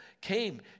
came